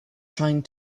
trying